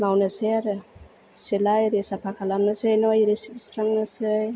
मावनोसै आरो सिला एरि साफा खालामनोसै न' एरि सिबस्रांनोसै